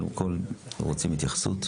רוצים להתייחס?